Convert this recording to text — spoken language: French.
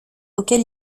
auquel